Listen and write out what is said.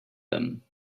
them